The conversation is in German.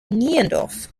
niendorf